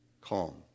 Calm